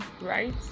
right